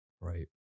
right